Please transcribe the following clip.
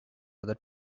other